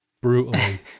brutally